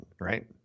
right